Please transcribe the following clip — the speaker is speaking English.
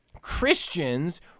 Christians